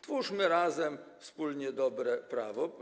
Twórzmy razem, wspólnie dobre prawo.